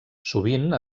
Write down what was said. sovint